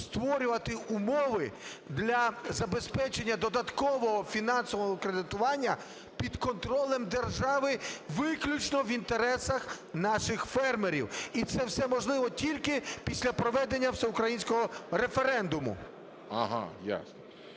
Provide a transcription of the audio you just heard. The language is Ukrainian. створювати умови для забезпечення додаткового фінансового кредитування під контролем держави виключно в інтересах наших фермерів. І це все можливо тільки після проведення всеукраїнського референдуму. ГОЛОВУЮЧИЙ.